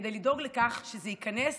כדי לדאוג לכך שזה ייכנס